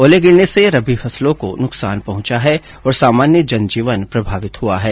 ओले गिरने से रबी फसलों को नुकसान पहुंचा है और सामान्य जन जीवन प्रभावित हुआ है